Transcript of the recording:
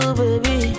baby